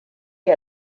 que